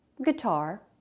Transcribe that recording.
guitar,